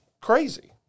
crazy